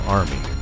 army